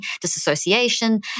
disassociation